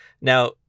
Now